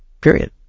period